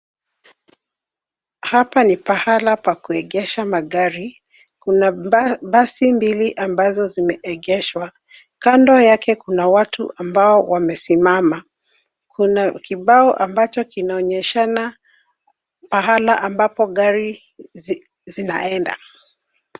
Hapa ni pahala pa kuegesha magari. Kuna basi mbili ambazo zimeegeshwa. Kando yake kuna watu ambao wamesimama. Kuna kibao ambacho kinaonyeshana pahala ambapo gari zinaenda.